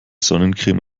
sonnencreme